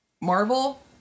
Marvel